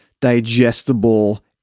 digestible